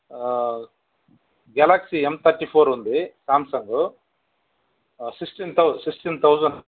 Galaxy M thirty four ఉంది Samsung sixteen thou sixteen thousand